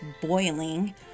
boiling